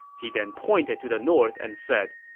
he then pointed to the north and said,